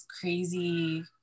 crazy